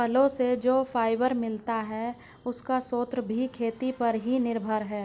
फलो से जो फाइबर मिलता है, उसका स्रोत भी खेती पर ही निर्भर है